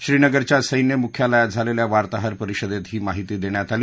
श्रीनगरच्या सैन्य मुख्यालयात झालेल्या वार्ताहर परिषदेत ही माहिती देण्यात आली